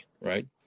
right